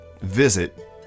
visit